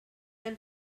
and